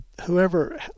whoever